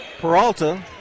Peralta